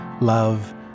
love